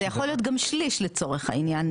זה יכול להיות גם שליש לצורך העניין,